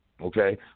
okay